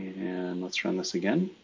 and let's run this again.